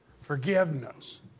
forgiveness